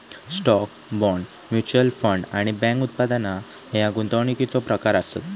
stock, bond, mutual fund आणि bank उत्पादना ह्या गुंतवणुकीचो प्रकार आसत